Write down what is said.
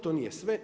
To nije sve.